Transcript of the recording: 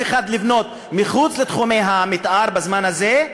אחד לבנות מחוץ לתחומי המתאר בזמן הזה.